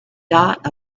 dot